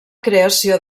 creació